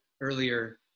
earlier